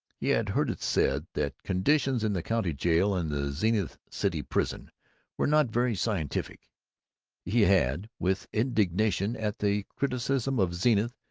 he had heard it said that conditions in the county jail and the zenith city prison were not very scientific he had, with indignation at the criticism of zenith,